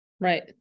Right